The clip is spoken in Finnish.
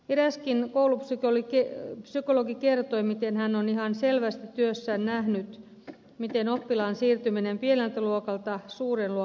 eräskin koulupsykologi kertoi miten hän on ihan selvästi työssään nähnyt miten oppilaan siirtyminen pienestä luokasta suureen luokkaan vaikuttaa